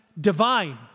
divine